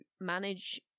manage